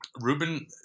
Ruben